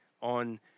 on